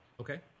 Okay